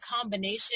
combination